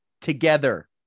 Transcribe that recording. together